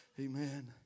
Amen